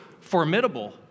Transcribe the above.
formidable